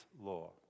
law